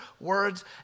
words